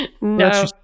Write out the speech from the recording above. No